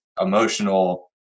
emotional